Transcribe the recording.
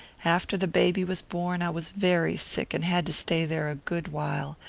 after the baby was born i was very sick and had to stay there a good while.